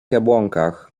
jabłonkach